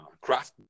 craft